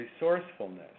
resourcefulness